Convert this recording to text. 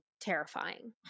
terrifying